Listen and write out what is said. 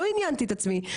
לא עניינתי את עצמי,